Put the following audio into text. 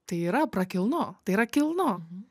tai yra prakilnu tai yra kilnu